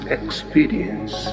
experience